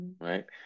right